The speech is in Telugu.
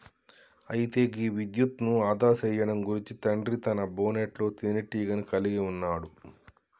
అయితే గీ విద్యుత్ను ఆదా సేయడం గురించి తండ్రి తన బోనెట్లో తీనేటీగను కలిగి ఉన్నాడు